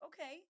Okay